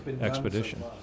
expedition